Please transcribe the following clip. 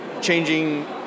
changing